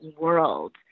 world